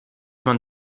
man